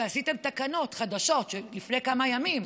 שעשיתם תקנות חדשות לפני כמה ימים,